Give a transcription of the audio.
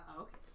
Okay